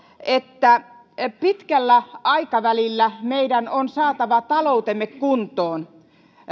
että pitkällä aikavälillä meidän on saatava taloutemme kuntoon